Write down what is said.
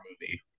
movie